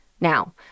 Now